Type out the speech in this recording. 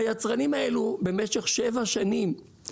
היצרנים האלה במשך שבע שנים,